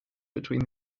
between